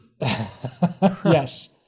Yes